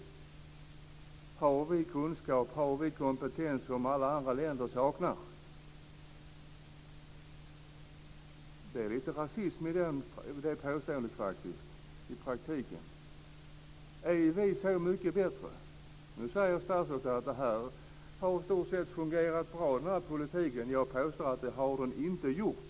Har vi kunskap och kompetens som alla andra länder saknar? Det är faktiskt lite rasism i det påståendet i praktiken. Är vi så mycket bättre? Nu säger statsrådet att den här politiken i stort sett har fungerat bra. Jag påstår att den inte har gjort det.